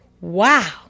Wow